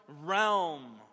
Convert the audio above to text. realm